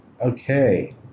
Okay